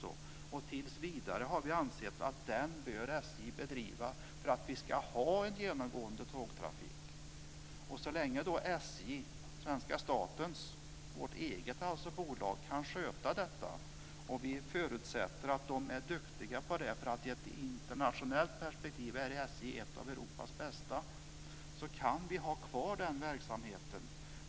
Vi har ansett att den ska SJ bedriva tills vidare för att vi ska ha en genomgående tågtrafik. Så länge SJ, svenska statens och alltså vårt eget bolag, kan sköta detta - och vi förutsätter att SJ är duktiga på det, för i internationellt perspektiv är SJ ett av Europas bästa - kan SJ ha kvar den verksamheten.